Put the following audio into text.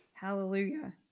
Hallelujah